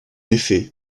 effet